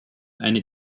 eine